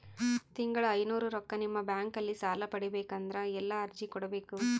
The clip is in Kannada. ತಿಂಗಳ ಐನೂರು ರೊಕ್ಕ ನಿಮ್ಮ ಬ್ಯಾಂಕ್ ಅಲ್ಲಿ ಸಾಲ ಪಡಿಬೇಕಂದರ ಎಲ್ಲ ಅರ್ಜಿ ಕೊಡಬೇಕು?